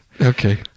Okay